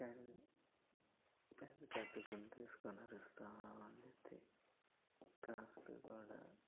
కాని పెద్ద పెద్ద గొంతు వేసుకొని అరుస్తూ ఉండుద్ది కాస్త కూడా